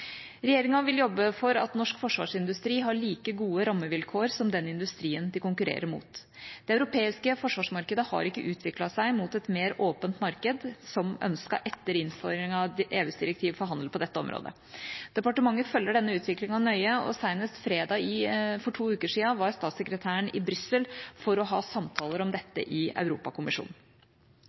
Regjeringa vil jobbe for at norsk forsvarsindustri har like gode rammevilkår som den industrien de konkurrerer mot. Det europeiske forsvarsmarkedet har ikke utviklet seg mot et mer åpent marked som ønsket etter innføringa av EUs direktiv for handel på dette området. Departementet følger denne utviklinga nøye, og senest fredag for to uker siden var statssekretæren i Brussel for å ha samtaler om dette i Europakommisjonen.